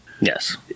Yes